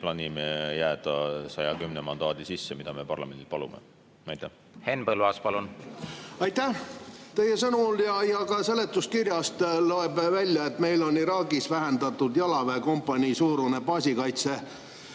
plaanime jääda 110 mandaadi sisse, mida me parlamendilt palume. Henn Põlluaas, palun! Henn Põlluaas, palun! Aitäh! Teie sõnul ja ka seletuskirjast loeb välja, et meil on Iraagis vähendatud jalaväekompanii suurune baasikaitse-,